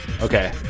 okay